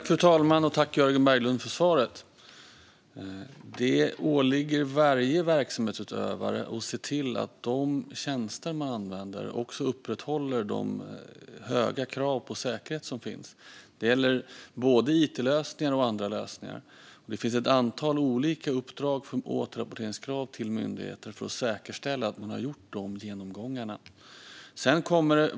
Fru talman! Det åligger varje verksamhetsutövare att se till att de tjänster man använder uppfyller de höga krav på säkerhet som finns. Det gäller både it-lösningar och andra lösningar. Det finns ett antal olika uppdrag till myndigheter med återrapporteringskrav för att säkerställa att man gjort dessa genomgångar.